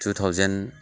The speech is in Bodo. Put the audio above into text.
two thousand